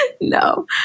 No